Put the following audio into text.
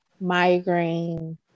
migraine